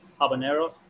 habanero